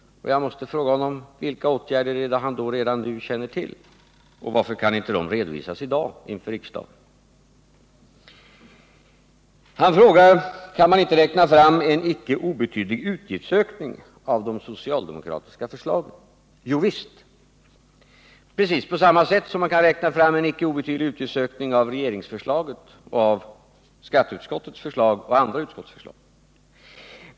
Jag måste fråga honom: Vilka åtgärder är det herr Molin redan nu känner till? Varför kan de inte redovisas i dag inför riksdagen? Björn Molin frågar: Kan man inte räkna fram en icke obetydlig utgiftsök 77 Nr 54 ning av de socialdemokratiska förslagen? Jovisst, precis på samma sätt som Torsdagen den man kan räkna fram en icke obetydlig utgiftsökning av regeringsförslaget, av 14 december 1978 skatteutskottets förslag och andra utskotts förslag.